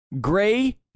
Gray